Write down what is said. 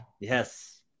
Yes